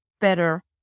better